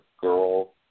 girl